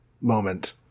moment